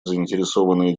заинтересованные